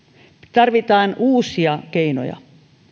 tarvitaan uusia keinoja